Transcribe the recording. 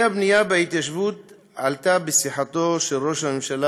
נושא הבנייה בהתיישבות עלה בשיחתו של ראש הממשלה